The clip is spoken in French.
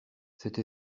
cette